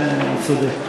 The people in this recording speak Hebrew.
זה צודק.